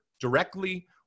directly